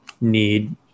need